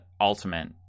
Ultimate